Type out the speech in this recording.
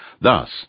Thus